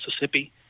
Mississippi